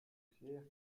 claire